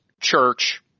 church